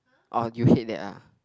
oh you hate that ah